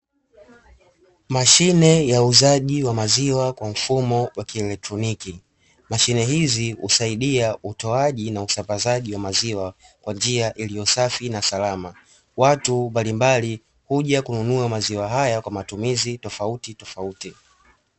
Mashine ya uzazi wa maziwa kwa mfumo wa kielektroniki mashine hizi husaidia utoaji na usambazaji wa maziwa kwa njia iliyo safi na salama, watu mbalimbali huja kununua maziwa haya kwa matumizi tofauti tofauti.